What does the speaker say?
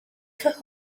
cyhoedd